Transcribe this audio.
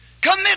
Commit